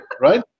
right